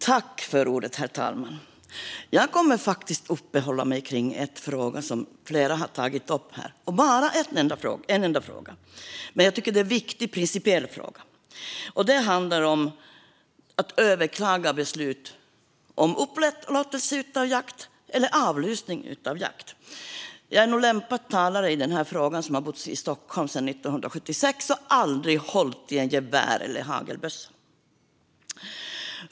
Herr talman! Jag kommer att uppehålla mig vid en enda fråga. Det är en fråga som flera har tagit upp här, men jag tycker att den är principiellt viktig. Den handlar om överklagande av beslut om upplåtelse av jakt eller avlysning av jakt. Jag är nog en lämpad talare i den här frågan, då jag har bott i Stockholm sedan 1976 och aldrig hållit i ett gevär eller en hagelbössa.